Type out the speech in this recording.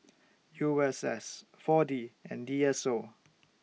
U S S four D and D S O